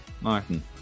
Martin